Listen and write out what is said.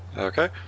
Okay